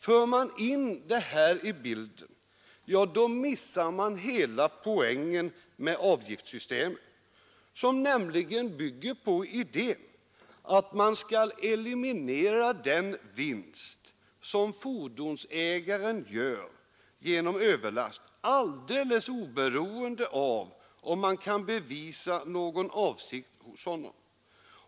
För man in detta i bilden, missar man hela poängen med avgiftssystemet, som nämligen bygger på idén att man skall eliminera den vinst som fordonsägaren gör genom överlast alldeles oberoende av om man kan bevisa någon avsikt hos honom.